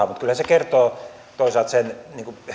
mutta kyllä se kertoo toisaalta sen